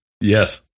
Yes